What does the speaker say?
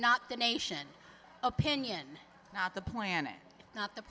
not the nation opinion not the planet not the